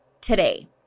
today